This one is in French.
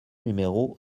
numéro